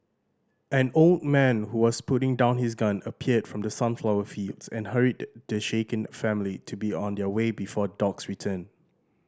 an old man who was putting down his gun appeared from the sunflower fields and hurried the shaken family to be on their way before dogs return